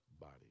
body